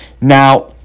now